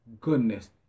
goodness